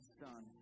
son